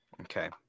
okay